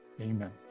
amen